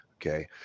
Okay